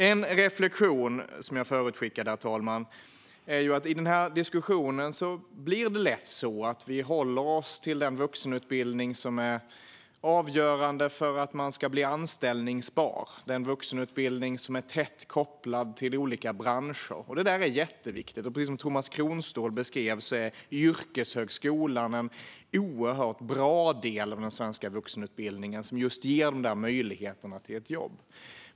En reflektion som jag förutskickade att jag ville göra, herr talman, är att i den här diskussionen blir det lätt så att vi håller oss till den vuxenutbildning som är avgörande för att man ska bli anställbar, alltså den vuxenutbildning som är tätt kopplad till olika branscher. Det där är jätteviktigt, och precis som Tomas Kronståhl beskrev är yrkeshögskolan en oerhört bra del av den svenska vuxenutbildningen som just ger de där möjligheterna till ett jobb.